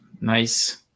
nice